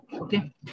Okay